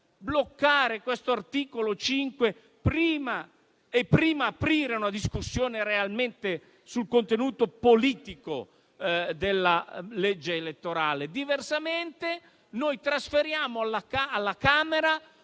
bloccare l'articolo 5, aprendo prima una discussione reale sul contenuto politico della legge elettorale. Diversamente noi trasferiamo alla Camera